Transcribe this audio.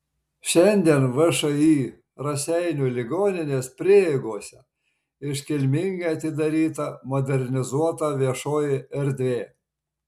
šiandien všį raseinių ligoninės prieigose iškilmingai atidaryta modernizuota viešoji erdvė